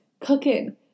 cooking